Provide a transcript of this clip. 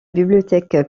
bibliothèque